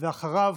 ואחריו,